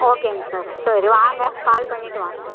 ஓகேங்க சார் சரி வாங்க கால் பண்ணிவிட்டு வாங்க